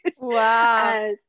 Wow